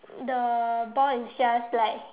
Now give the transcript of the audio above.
the boy is just like